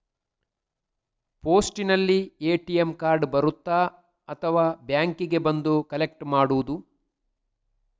ಪೋಸ್ಟಿನಲ್ಲಿ ATM card ಬರುತ್ತಾ ಅಥವಾ ಬ್ಯಾಂಕಿಗೆ ಬಂದು ಕಲೆಕ್ಟ್ ಮಾಡುವುದು?